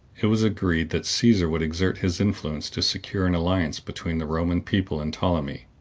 it was agreed that caesar would exert his influence to secure an alliance between the roman people and ptolemy,